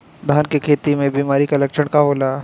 धान के खेती में बिमारी का लक्षण का होला?